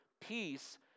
peace